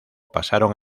pasaron